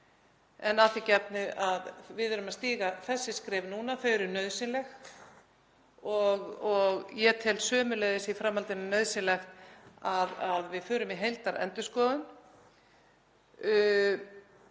en að því gefnu að við séum að stíga þessi skref núna. Þau eru nauðsynleg og ég tel sömuleiðis í framhaldinu nauðsynlegt að við förum í heildarendurskoðun.